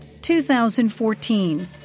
2014